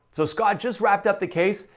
so scott just wrapped up the case.